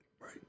Right